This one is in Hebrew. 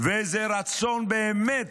איזה רצון באמת